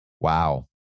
Wow